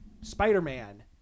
Spider-Man